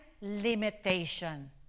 limitation